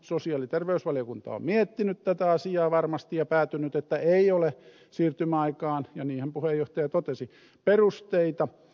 sosiaali ja terveysvaliokunta on miettinyt tätä asiaa varmasti ja päätynyt siihen että ei ole siirtymäaikaan niinhän puheenjohtaja totesi perusteita